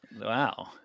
Wow